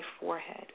forehead